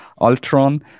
Ultron